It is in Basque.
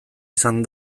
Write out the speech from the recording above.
izan